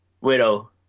Widow